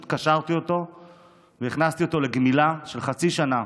קשרתי אותו והכנסתי אותו לגמילה של חצי שנה